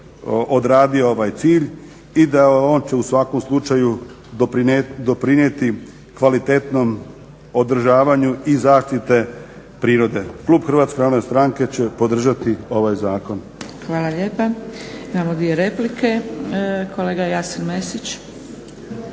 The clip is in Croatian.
odradio ovaj cilj i da on će u svakom slučaju doprinijeti kvalitetnom održavanju i zaštite prirode. Klub Hrvatske narodne stranke će podržati ovaj zakon. **Zgrebec, Dragica (SDP)** Hvala lijepa. Imamo dvije replike. Kolega Jasen Mesić.